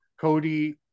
Cody